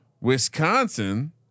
Wisconsin